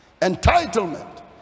Entitlement